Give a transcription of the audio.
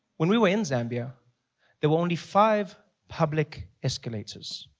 when we were in zambia there were only five public escalators.